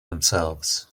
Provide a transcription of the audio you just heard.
themselves